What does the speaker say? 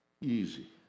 easy